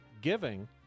giving